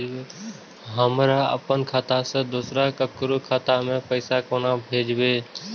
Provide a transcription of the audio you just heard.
हमरा आपन खाता से दोसर ककरो खाता मे पाय कोना भेजबै?